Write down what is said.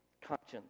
Conscience